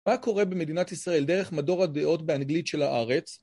מה קורה במדינת ישראל דרך מדור הדעות באנגלית של הארץ?